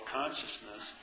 consciousness